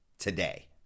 Today